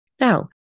Now